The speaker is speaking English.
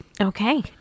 Okay